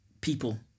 people